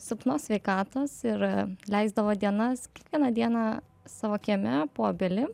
silpnos sveikatos ir leisdavo dienas kiekvieną dieną savo kieme po obelim